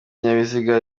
ibinyabiziga